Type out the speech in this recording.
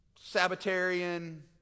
Sabbatarian